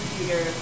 Peter